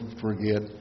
forget